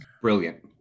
brilliant